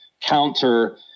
counter –